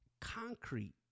Concrete